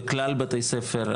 בכלל בתי הספר.